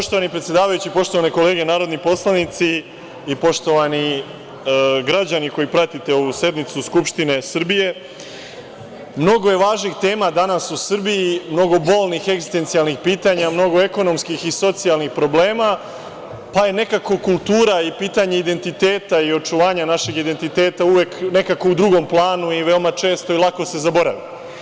Poštovani predsedavajući, poštovane kolege narodni poslanici i poštovani građani koji pratite ovu sednicu Skupštine Srbije, mnogo je važnih tema danas u Srbiji, mnogo bolnih egzistencijalnih pitanja, mnogo ekonomskih i socijalnih problema, pa je nekako kultura i pitanje identiteta i očuvanja našeg identiteta uvek nekako u drugom planu i veoma često i lako se zaboravi.